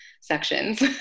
sections